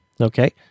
Okay